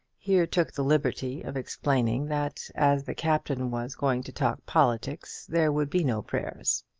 here took the liberty of explaining that as the captain was going to talk politics there would be no prayers.